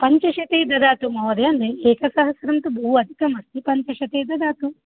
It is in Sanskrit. पञ्चशते ददातु महोदय एकसहस्रं तु बहु अधिकम् अस्ति पञ्चशते ददातु